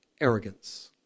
arrogance